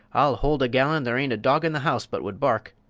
i'll hold a gallon, there ain't a dog in the house but would bark,